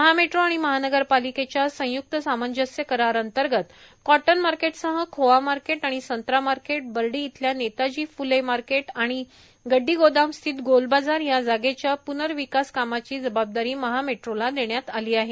महामेट्रो आणि महानगरपालिकेच्या सय्क्त सामंजस्य करार अंतर्गत कॉटन मार्केटसह खोआ मार्केट आणि संत्रा मार्केट बर्डी इथल्या नेताजी फुले मार्केट आणि गड्डीगोदाम स्थित गोलबाजार या जागेच्या प्नःविकास कामाची जबाबदारी महा मेट्रोला देण्यात आली आहे